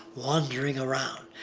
wandering around.